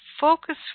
Focus